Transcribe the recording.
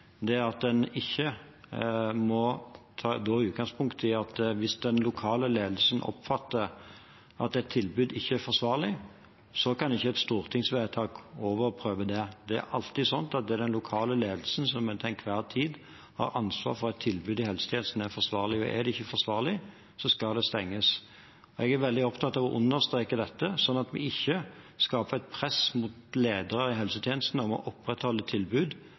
at en da må ta utgangspunkt i at hvis den lokale ledelsen oppfatter at et tilbud ikke er forsvarlig, kan ikke et stortingsvedtak overprøve det. Det er alltid sånn at det er den lokale ledelsen som til enhver tid har ansvaret for at et tilbud i helsetjenesten er forsvarlig, og er det ikke forsvarlig, skal det stenges. Jeg er veldig opptatt av å understreke dette, så vi ikke skaper et press på ledere i helsetjenesten om å opprettholde tilbud